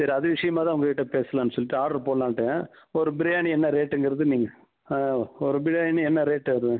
சரி அது விஷயமா தான் உங்கள் கிட்டே பேசலாம்னு சொல்லிட்டு ஆட்ரு போடலான்ட்டு ஒரு பிரியாணி என்ன ரேட்டுங்கிறதை நீங்கள் ஒரு பிரியாணி என்ன ரேட்டு வருது